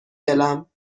دلم